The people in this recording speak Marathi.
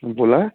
बोला